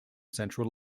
central